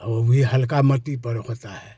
और वो भी हल्का मट्टी पर होता है